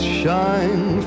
shine